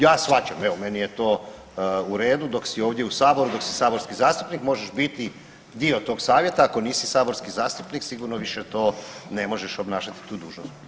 Ja shvaćam, evo meni je to u redu dok si ovdje u saboru dok si saborski zastupnik možeš biti dio tog savjeta, ako nisi saborski zastupnik sigurno više to ne možeš obnašati tu dužnost.